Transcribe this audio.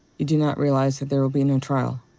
you do not realize that there will be no trial.